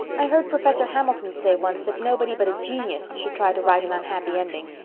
i heard professor hamilton say once that nobody but a genius should try to write an unhappy ending.